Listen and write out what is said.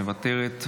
מוותרת,